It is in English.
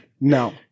No